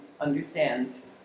understands